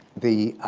the